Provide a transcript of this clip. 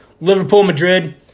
Liverpool-Madrid